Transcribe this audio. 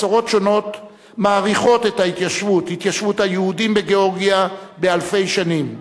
מסורות שונות מעריכות את התיישבות היהודים בגאורגיה באלפי שנים.